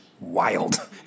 wild